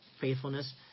faithfulness